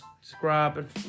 subscribe